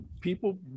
people